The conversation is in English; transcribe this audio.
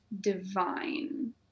divine